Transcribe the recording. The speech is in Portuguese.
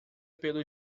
pelo